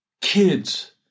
kids